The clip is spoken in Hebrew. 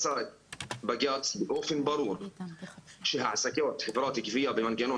מסר בג"צ באופן ברור שהעסקת חברת גבייה במנגנון